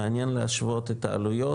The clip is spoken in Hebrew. מעניין להשוות את העלויות,